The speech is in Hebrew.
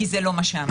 כי זה לא מה שאמרתי.